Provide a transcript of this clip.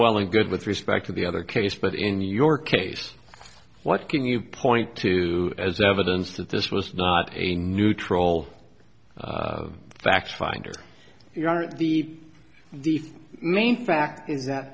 well and good with respect to the other case but in your case what can you point to as evidence that this was not a neutral fact finder if you are the diff main fact is that